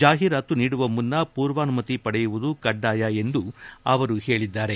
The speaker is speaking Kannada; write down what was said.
ಜಾಹಿರಾತು ನೀಡುವ ಮುನ್ನ ಪೂರ್ವಾನುಮತಿ ಪಡೆಯುವುದು ಕಡ್ಡಾಯ ಎಂದು ಅವರು ಹೇಳಿದ್ದಾರೆ